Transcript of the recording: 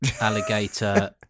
alligator